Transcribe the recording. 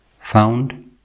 found